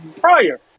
prior